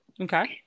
Okay